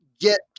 get